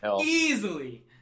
Easily